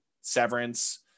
Severance